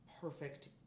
perfect